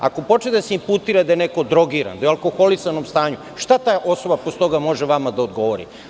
Ako počne da se inputira da je neko drogiran, da je u alkoholisanom stanju, šta ta osoba posle toga može vama da odgovori.